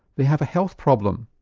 they have a health problem.